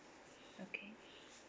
okay